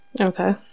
Okay